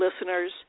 listeners